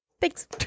thanks